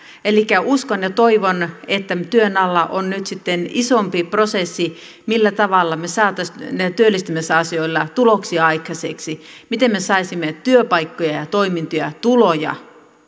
elikkä uskon ja toivon että työn alla on nyt sitten isompi prosessi millä tavalla me saisimme näillä työllistämisasioilla tuloksia aikaiseksi miten me saisimme työpaikkoja ja ja toimintoja tuloja